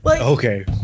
Okay